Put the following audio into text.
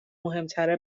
مهمتره